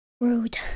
Rude